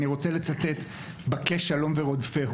ואני גם ארצה לצטט - ״בקש שלום ורודפהו״.